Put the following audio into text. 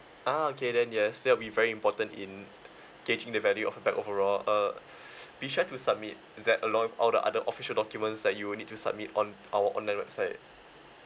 ah okay then yes that'll be very important in gauging the value of the bag overall uh be sure to submit that along with all the other official documents that you will need to submit on our online website